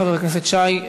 חבר הכנסת שי,